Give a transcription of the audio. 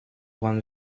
one